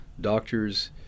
doctors